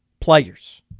players